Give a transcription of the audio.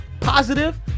positive